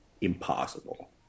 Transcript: impossible